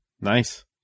Nice